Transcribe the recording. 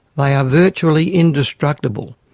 they are virtually indestructible.